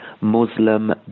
Muslim